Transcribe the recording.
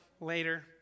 later